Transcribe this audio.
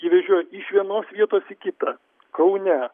jį vežiojo iš vienos vietos į kitą kaune